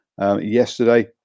yesterday